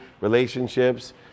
relationships